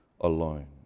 alone